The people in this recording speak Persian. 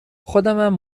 خودمم